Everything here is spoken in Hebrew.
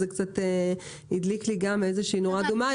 זה הדליק לי גם איזושהי נורה אדומה.